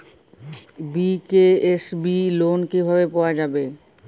BKSB loan কিভাবে পাওয়া যাবে?